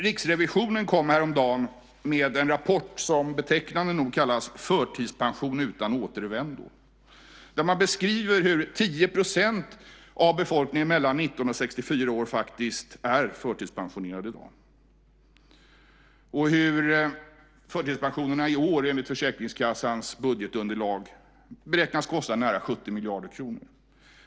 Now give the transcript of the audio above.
Riksrevisionen kom häromdagen med en rapport som betecknande nog kallas Förtidspension utan återvändo där man beskriver att 10 % av befolkningen mellan 19 och 64 år faktiskt är förtidspensionerade i dag och att förtidspensionerna i år enligt Försäkringskassans budgetunderlag beräknas kosta nära 70 miljarder kronor.